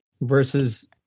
versus